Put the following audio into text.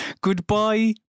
Goodbye